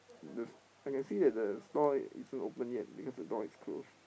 the I can see that the stall is not open yet because the door is closed